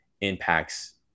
impacts